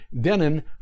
Denon